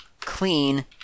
clean